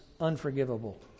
unforgivable